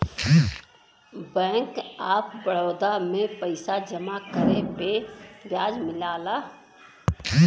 bank of Baroda में पइसा जमा करे पे ब्याज मिलला